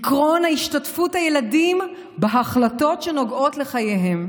עקרון השתתפות הילדים בהחלטות שנוגעות לחייהם,